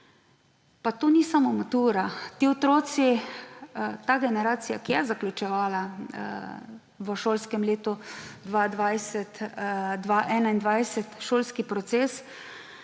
Pa to ni samo matura. S temi otroki generacije, ki je zaključevala v šolskem letu 2020/2021 šolski proces,